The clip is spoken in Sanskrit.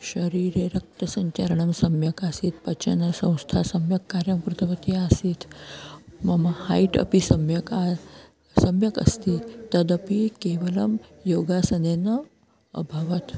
शरीरे रक्तसञ्चरणं सम्यक् आसीत् पचनसंस्था सम्यक् कार्यं कृतवती आसीत् मम हैट् अपि सम्यक् आसीत् सम्यक् अस्ति तदपि केवलं योगासनेन अभवत्